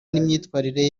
n’imyitwarire